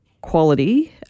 quality